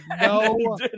no